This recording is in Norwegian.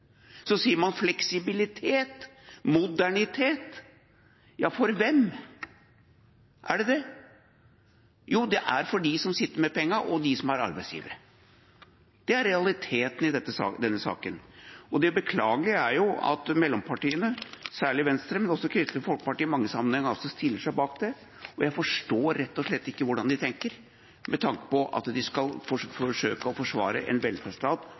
sier fleksibilitet, modernitet – ja, for hvem er det det? Jo, det er for dem som sitter med pengene, og dem som er arbeidsgivere. Det er realiteten i denne saken. Det beklagelige er at mellompartiene – særlig Venstre, men også Kristelig Folkeparti – i mange sammenhenger stiller seg bak det. Jeg forstår rett og slett ikke hvordan de tenker, med tanke på at de skal forsøke å forsvare en velferdsstat